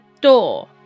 door